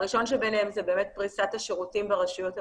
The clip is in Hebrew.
הראשון שביניהם זה פריסת השירותים ברשויות המקומיות.